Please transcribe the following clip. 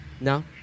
no